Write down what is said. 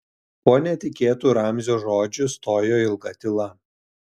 po netikėtų ramzio žodžių stojo ilga tyla